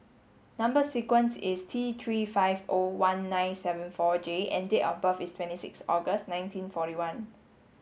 number sequence is T three five O one nine seven four J and date of birth is twenty six August nineteen forty one